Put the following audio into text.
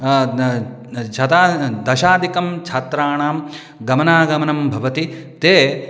शतानन् दशादिकं छात्राणां गमनागमनं भवति ते